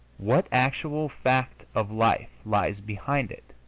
what actual fact of life lies behind it,